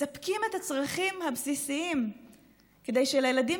מספקים את הצרכים הבסיסיים כדי שהילדים